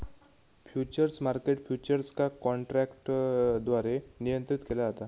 futures market futures का काँट्रॅकद्वारे नियंत्रीत केला जाता